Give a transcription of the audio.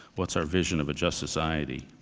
what's our vision of a just society?